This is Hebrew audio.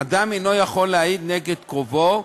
אדם אינו יכול להעיד נגד קרובו,